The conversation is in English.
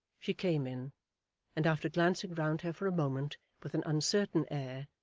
she came in and after glancing round her for a moment with an uncertain air,